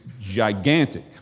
gigantic